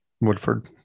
Woodford